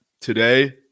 today